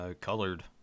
colored